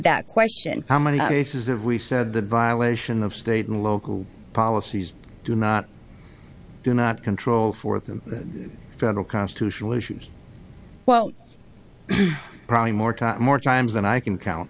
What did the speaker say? that question how many cases of reset the violation of state and local policies do not do not control for them federal constitutional issues well probably more time more times than i can count